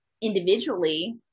individually